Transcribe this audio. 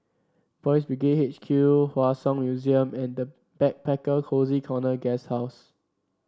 Boys' Brigade H Q Hua Song Museum and the Backpacker Cozy Corner Guesthouse